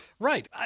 Right